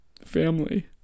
family